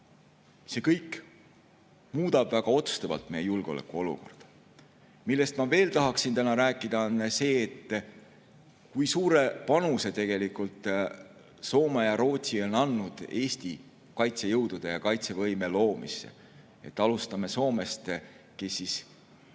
See kõik muudab väga otsustavalt meie julgeolekuolukorda. Millest ma veel tahaksin täna rääkida, on see, kui suure panuse tegelikult Soome ja Rootsi on andnud Eesti kaitsejõudude ja kaitsevõime loomisse. Alustame Soomest, kes Eesti